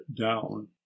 down